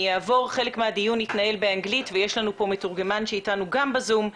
חלק מהדיון יתנהל באנגלית, ויש לנו מתורגמן בזום.